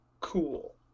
cool